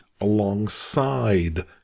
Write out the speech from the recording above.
alongside